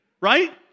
Right